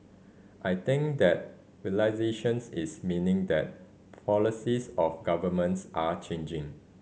I think that realisations is meaning that policies of governments are changing